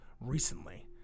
recently